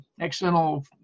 accidental